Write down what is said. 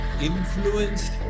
influenced